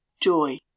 joy